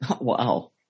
Wow